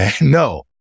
no